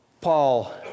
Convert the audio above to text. Paul